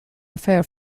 affair